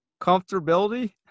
Comfortability